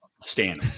Stan